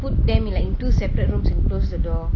put them in like in two separate rooms and close the door